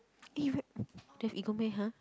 eh you very don't have ego meh !huh!